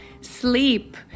sleep